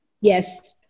Yes